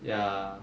ya